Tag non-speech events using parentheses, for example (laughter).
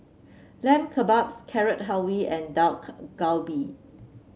Lamb Kebabs Carrot Halwa and Dak (unintelligible) Galbi